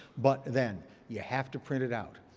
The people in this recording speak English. but then you have to print it out.